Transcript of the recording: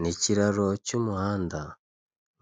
Ni ikiraro cy'umuhanda